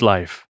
Life